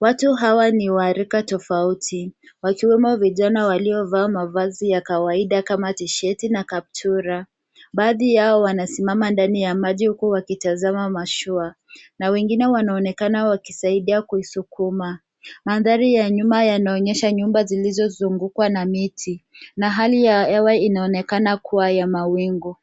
Watu hawa ni wa rika tofauti. Wakiwemo vijana waliovaa mavazi ya kawaida kama tisheti na kaptura. Baadhi yao wanasimama ndani ya maji huku wakitazama mashua, na wengine wanaonekana wakisaidia kuisukuma. Mandhari ya nyuma yanaonyesha nyumba zilizozungukwa na miti, na hali ya hewa inaonekana kuwa ya mawingu.